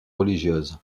religieuse